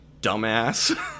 dumbass